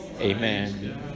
amen